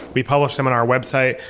we publish them on our website,